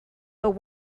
but